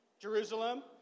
Jerusalem